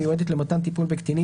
המיועדת למתן טיפול בקטינים,